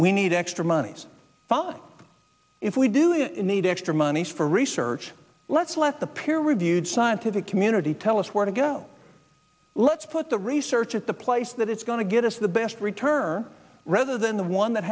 we need extra monies but if we do we need extra money for research let's let the peer reviewed scientific community tell us where to go let's put the research at the place that it's going to give us the best return rather than the one that